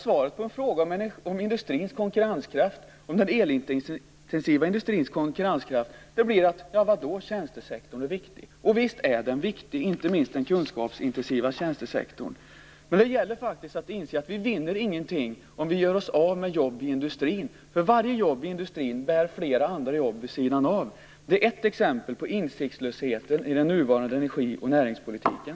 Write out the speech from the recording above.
Svaret på en fråga om den elintensiva industrins konkurrenskraft blir alltså ett: Vad då, tjänstesektorn är viktig. Visst är den viktig, inte minst den kunskapsintensiva tjänstesektorn. Men det gäller faktiskt att inse att vi inte vinner någonting om vi gör oss av med jobb i industrin. Varje jobb i industrin bär flera andra jobb vid sidan av. Det är ett exempel på insiktslösheten i den nuvarande energi och näringspolitiken.